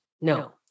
No